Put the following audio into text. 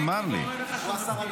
רגע, אדוני השר.